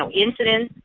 um incidents,